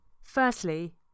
Firstly